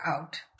out